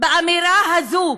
באמירה הזו,